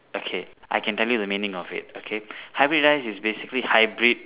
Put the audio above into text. okay I can tell you the meaning of it okay hybridise is basically hybrid